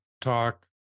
talk